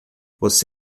você